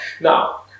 Now